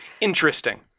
interesting